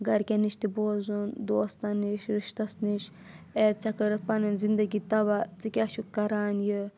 گَرکؠن نِش تہِ بوزُن دوستَن نِش رِشتَس نِش اے ژیٚیہ کٔرٕتھ پَنٕنۍ زِنٛدَگی تَباہ ژٕ کیٛاہ چھُکھ کَران یہِ